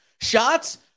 Shots